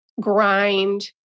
grind